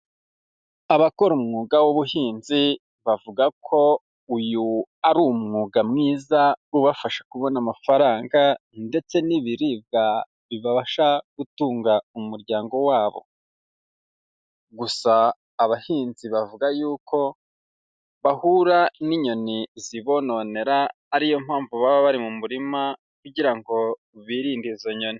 Abakora umwuga w'ubuhinzi bavuga ko uyu ari umwuga mwiza ubafasha kubona amafaranga ndetse n'ibiribwa bibasha gutunga umuryango wabo, gusa abahinzi bavuga yuko bahura n'inyoni zibononera ariyo mpamvu baba bari mu murima kugira ngo birinde izo nyoni.